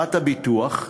וחברת הביטוח,